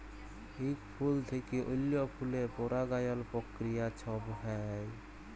ইক ফুল থ্যাইকে অল্য ফুলে পরাগায়ল পক্রিয়া ছব হ্যয়